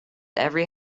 every